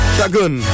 Shagun